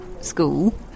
school